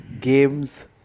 games